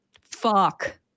Fuck